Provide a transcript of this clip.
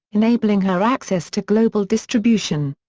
enabling her access to global distribution.